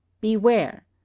beware